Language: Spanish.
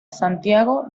santiago